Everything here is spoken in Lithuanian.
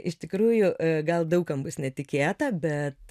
iš tikrųjų gal daug kam bus netikėta bet